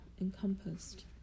encompassed